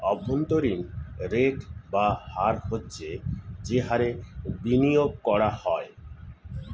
অভ্যন্তরীণ রেট বা হার হচ্ছে যে হারে বিনিয়োগ করা হয়